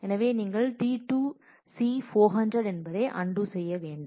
எனவேநீங்கள் T2 C 400 என்பதை undo செய்ய வேண்டும்